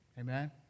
Amen